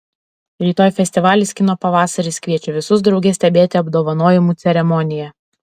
rytoj festivalis kino pavasaris kviečia visus drauge stebėti apdovanojimų ceremoniją